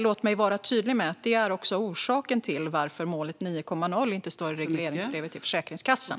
Låt mig vara tydlig med att detta är orsaken till att målet 9,0 inte står i regleringsbrevet till Försäkringskassan.